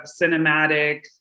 cinematic